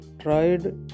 tried